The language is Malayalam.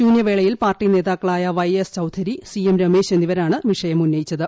ശൂന്യവേളയിൽ പാർട്ടി നേതാക്കളായ Y S Chowdary C M Ramesh എന്നിവരാണ് വിഷയം ഉന്നയിച്ചത്